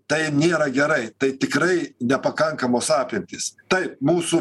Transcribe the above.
tai nėra gerai tai tikrai nepakankamos apimtys taip mūsų